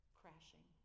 crashing